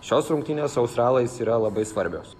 šios rungtynės su australais yra labai svarbios